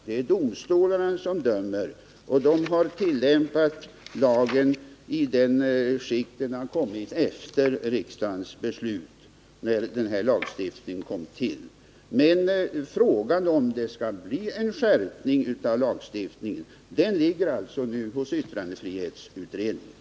Det är domstolarna som dömer, och de har tillämpat lagen i det skick den förelegat efter riksdagens beslut om att införa denna lagstiftning. Frågan om lagstiftningen skall skärpas ligger emellertid hos yttrandefrihetsutredningen.